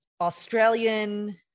Australian